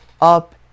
up